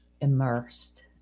immersed